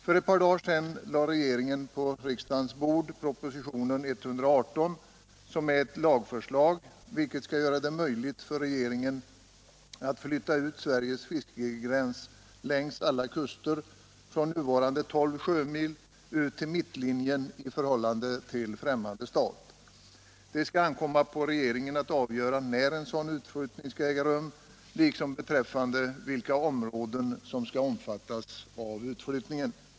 För ett par dagar sedan lade regeringen på riksdagens bord propositionen 118, som är ett lagförslag vilket skall göra det möjligt för regeringen att flytta ut Sveriges fiskegräns längs alla kuster, från nuvarande 12 sjömil ut till mittlinjen i förhållande till fftämmande stat. Det skall ankomma på regeringen att avgöra när en sådan utflyttning skall äga rum liksom vilka områden som skall omfattas av utflyttningen.